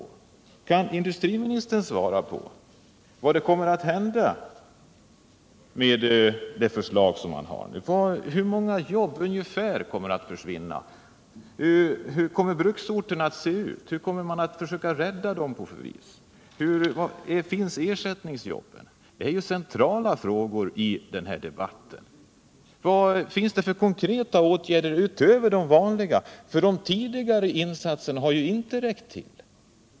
Kan industriministern svara på vad som kommer att hända när man genomför detta förslag? Hur många jobb kommer ungefär att försvinna? Hur kommer bruksorterna sedan att se ut? På vilket sätt kan de räddas? Finns det några ersättningsjobb? Vilka konkreta åtgärder finns det utöver de vanliga, eftersom de tidigare insatserna inte har räckt till?